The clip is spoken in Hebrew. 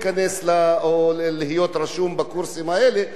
רשום בקורסים האלה ולקבל את ההכשרה.